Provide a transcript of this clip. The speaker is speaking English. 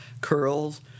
Curls